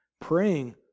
Praying